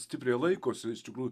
stipriai laikosi iš tikrųjų